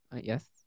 Yes